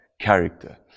character